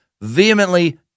vehemently